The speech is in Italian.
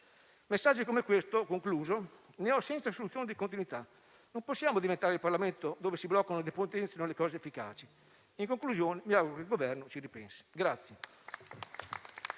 messaggi come questi ne ho senza soluzione di continuità. Non possiamo diventare il Parlamento dove si bloccano o depotenziano le misure efficaci. In conclusione, mi auguro che il Governo ci ripensi.